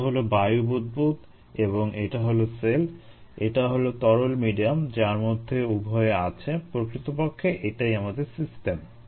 এটা হলো বায়ু বুদবুদ এবং এটা হলো সেল এটা হলো তরল মিডিয়াম যার মধ্যে উভয়ে আছে প্রকৃতপক্ষে এটাই আমাদের সিস্টেম